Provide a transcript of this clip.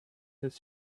his